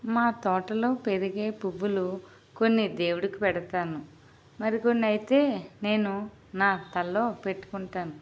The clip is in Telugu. మా తోటలో పెరిగే పువ్వులు కొన్ని దేవుడికి పెడతాను మరికొన్ని అయితే నేను నా తలలో పెట్టుకుంటాను